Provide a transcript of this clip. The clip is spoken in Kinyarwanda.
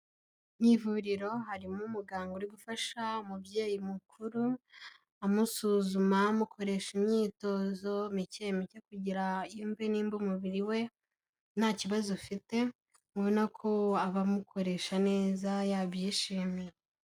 Mu ivuriro harimo umuganga uri gufasha umubyeyi mukuru amusuzuma amukoresha imyitozo mike mike kugira yumve niba umubiri we nta kibazo ufite ubona ko bamukoresha neza yabyishimiye.